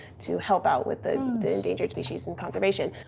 to help out with the endangered species and conservation.